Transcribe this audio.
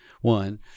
one